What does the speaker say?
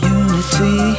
unity